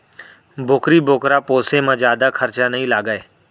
बोकरी बोकरा पोसे म जादा खरचा नइ लागय